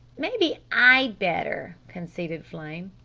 maybe i'd better, conceded flame.